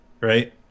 right